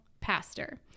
pastor